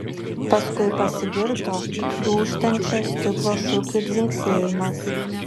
paskui pasigirdo dūžtančio stiklo šukių dzingsėjimas